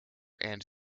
and